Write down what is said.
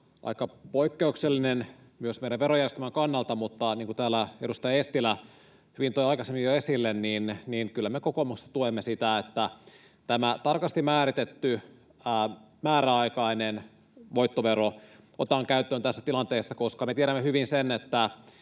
aika poikkeuksellinen myös meidän verojärjestelmämme kannalta, mutta niin kuin täällä edustaja Eestilä hyvin toi aikaisemmin jo esille, niin kyllä me kokoomuksessa tuemme sitä, että tämä tarkasti määritetty määräaikainen voittovero otetaan käyttöön tässä tilanteessa, koska me tiedämme hyvin sen, että